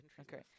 Okay